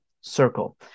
circle